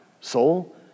soul